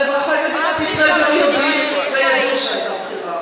ואזרחי מדינת ישראל יודעים וידעו שהיתה בחירה,